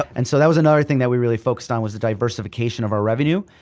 and so that was another thing that we really focused on was the diversification of our revenue.